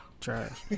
Trash